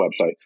website